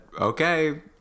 okay